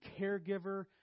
caregiver